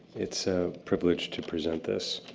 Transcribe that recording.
it's a privilege to present this.